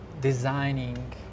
designing